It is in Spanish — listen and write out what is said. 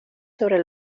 sobre